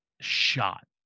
shot